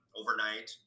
overnight